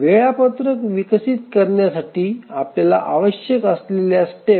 वेळापत्रक विकसित करण्यासाठी आपल्याला आवश्यक असलेल्या स्टेप्स